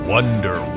Wonder